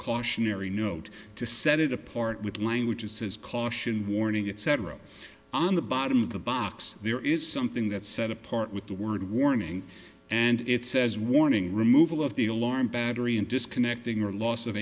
cautionary note to set the part with languages says caution warning etc on the bottom of the box there is something that set apart with the word warning and it says warning removal of the battery and disconnecting or loss of